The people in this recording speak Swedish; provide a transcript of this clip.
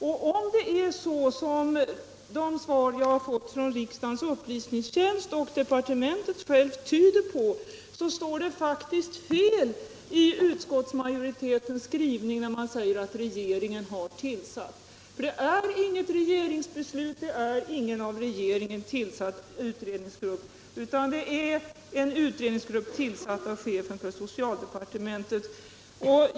Om de svar jag fått från riksdagens upplysningstjänst och från departementet är riktiga, är det faktiskt fel som det står i utskottsmajoritetens skrivning, nämligen att regeringen har tillsatt arbetsgruppen. Det finns inget regeringsbeslut i saken, och det är ingen av regeringen tillsatt utredningsgrupp, utan det är en utredningsgrupp tillsatt av chefen för socialdepartementet.